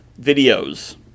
videos